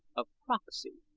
of prophecy,